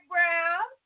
Brown